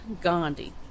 gandhi